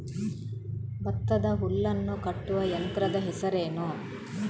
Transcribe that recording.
ಭತ್ತದ ಹುಲ್ಲನ್ನು ಕಟ್ಟುವ ಯಂತ್ರದ ಹೆಸರೇನು?